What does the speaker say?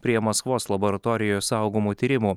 prie maskvos laboratorijoje saugomų tyrimų